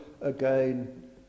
again